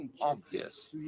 obvious